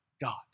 God